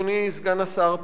אדוני סגן השר,